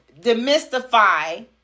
demystify